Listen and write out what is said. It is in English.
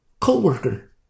co-worker